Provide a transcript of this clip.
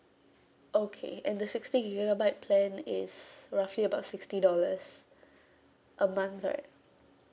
okay and the sixty gigabyte plan is roughly about sixty dollars a month right